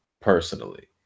personally